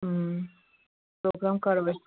programme کَرو أسۍ